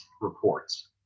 reports